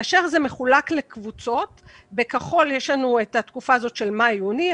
כאשר זה מחולק לקבוצות: בצבע כחול התקופה של מאי יוני,